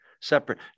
separate